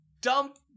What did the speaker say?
dump